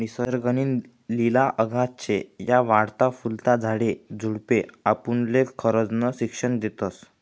निसर्ग नी लिला अगाध शे, या वाढता फुलता झाडे झुडपे आपुनले खरजनं शिक्षन देतस